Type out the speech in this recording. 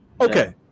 okay